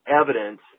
evidence